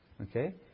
okay